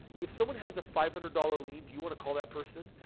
if someone has a five hundred dollars lien, do you want to call that person?